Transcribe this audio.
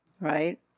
right